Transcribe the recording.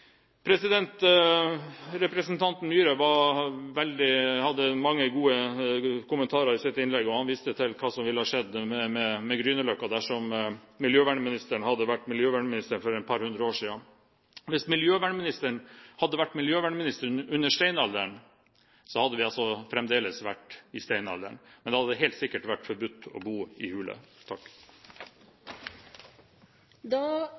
Representanten Myhre hadde mange gode kommentarer i sitt innlegg. Han viste til hva som ville ha skjedd med Grünerløkka dersom miljøvernministeren hadde vært miljøvernminister for et par hundre år siden. Hvis miljøvernministeren hadde vært miljøvernminister under steinalderen, hadde vi fremdeles vært i steinalderen, men det hadde helt sikkert vært forbudt å bo i